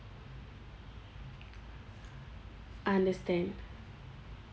I understand